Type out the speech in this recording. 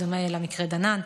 בדומה למקרה דנן.